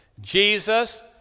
Jesus